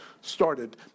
started